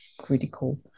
critical